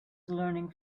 learning